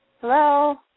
Hello